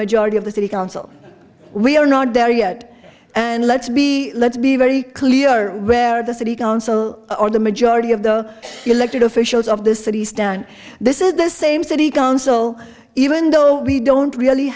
majority of the city council we are not there yet and let's be let's be very clear where the city council or the majority of the elected officials of the city stand this is the same city council even though we don't really